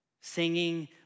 singing